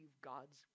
God's